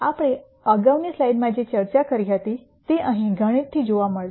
આપણે અગાઉની સ્લાઇડમાં જે ચર્ચા કરી હતી તે અહીં ગણિતથી જોવા મળે છે